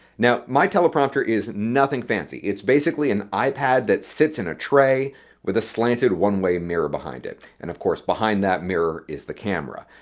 now, my teleprompter is nothing fancy. it's a basically and ipad that sits in a tray with a slanted one-way mirror behind it. and of course, behind that mirror is the camera.